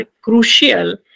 crucial